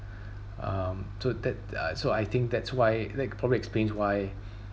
um so that uh so I think that's why that probably explained why